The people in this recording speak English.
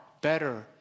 better